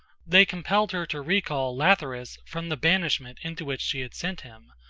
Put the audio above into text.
they compelled her to recall lathyrus from the banishment into which she had sent him,